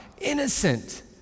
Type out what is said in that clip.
innocent